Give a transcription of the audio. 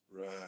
Right